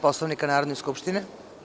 Poslovnika Narodne skupštine?